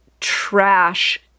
trash